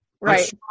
Right